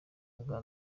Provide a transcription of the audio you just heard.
bwa